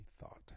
thought